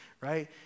right